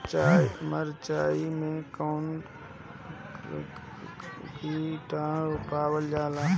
मारचाई मे कौन किटानु पावल जाला?